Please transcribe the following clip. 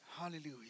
Hallelujah